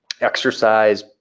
exercise